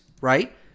right